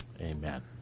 Amen